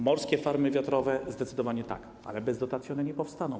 Morskie farmy wiatrowe - zdecydowanie tak, ale bez dotacji one nie powstaną.